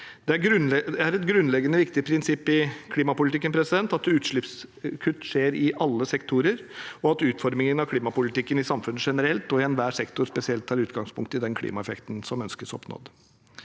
Det er et grunnleggende viktig prinsipp i klimapolitikken at utslippskutt skjer i alle sektorer, og at utformingen av klimapolitikken – i samfunnet generelt og i enhver sektor spesielt – tar utgangspunkt i den klimaeffekten som ønskes oppnådd,